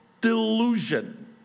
delusion